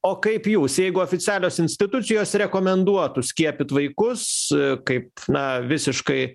o kaip jūs jeigu oficialios institucijos rekomenduotų skiepyt vaikus kaip na visiškai